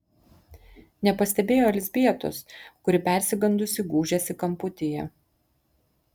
nepastebėjo elzbietos kuri persigandusi gūžėsi kamputyje